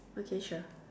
okay sure